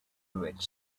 rich